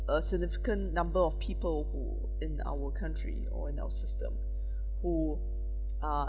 a significant number of people who in our country or in our system who are